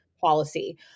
policy